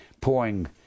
pouring